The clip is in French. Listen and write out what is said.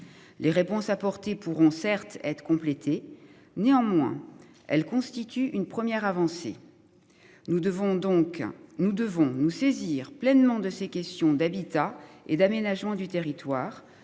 Les réponses apportées pourront certes être complétée néanmoins elle constitue une première avancée. Nous devons donc nous devons nous saisir pleinement de ces questions d'habitat et d'aménagement du territoire.